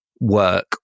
work